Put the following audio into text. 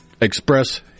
express